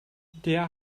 der